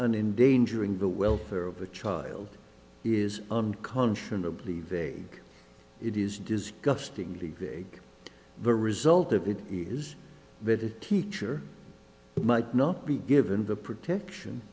and in danger in the welfare of a child is unconscionably vague it is disgusting league the result of it is that a teacher might not be given the protection